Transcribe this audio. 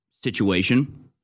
situation